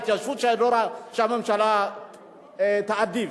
התיישבות שהממשלה תעדיף.